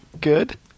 good